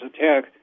attack